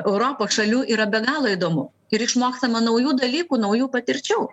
europos šalių yra be galo įdomu ir išmokstama naujų dalykų naujų patirčių